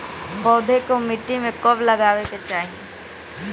पौधे को मिट्टी में कब लगावे के चाही?